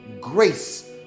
grace